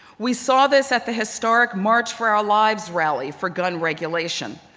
we saw this at the historic march for our lives rally for gun regulation,